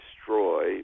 destroy